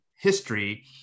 history